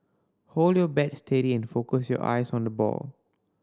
hold your bat steady and focus your eyes on the ball